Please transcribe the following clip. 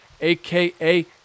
aka